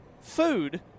food